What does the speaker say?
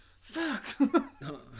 Fuck